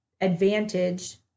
advantage